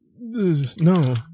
No